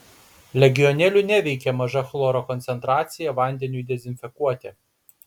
legionelių neveikia maža chloro koncentracija vandeniui dezinfekuoti